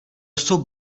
jsou